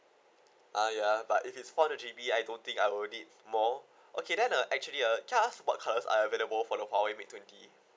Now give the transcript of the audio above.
ah ya but if it is four hundred G_B I don't think I will need more okay then uh actually uh can I ask what colours are available for the Huawei mate twenty